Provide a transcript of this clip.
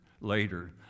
later